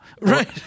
Right